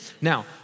now